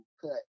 cut